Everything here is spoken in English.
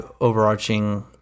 overarching